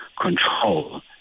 control